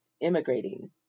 immigrating